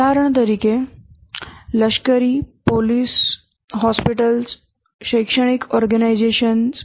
ઉદાહરણ તરીકે લશ્કરી પોલીસ હોસ્પિટલો શૈક્ષણિક ઓર્ગેનાઇઝેશન્સ